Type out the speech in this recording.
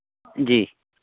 जी